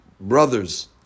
brothers